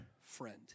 Friend